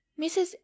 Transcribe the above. mrs